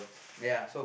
ya